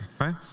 right